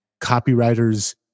copywriters